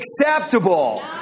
acceptable